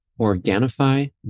Organifi